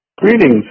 Greetings